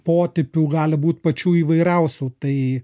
potipių gali būti pačių įvairiausių tai